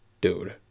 Dude